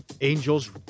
Angels